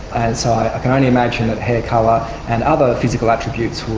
and so i can only imagine that hair colour and other physical attributes